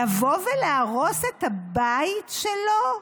לבוא ולהרוס את הבית שלו?